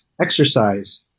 Exercise